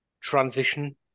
transition